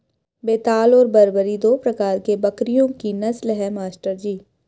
बेताल और बरबरी दो प्रकार के बकरियों की नस्ल है मास्टर जी